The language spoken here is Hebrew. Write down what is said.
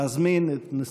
לא מזמן בלוויה,